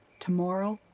tomorrow,